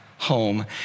home